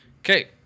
Okay